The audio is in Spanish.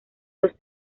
los